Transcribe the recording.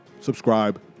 subscribe